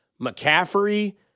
McCaffrey